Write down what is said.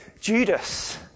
Judas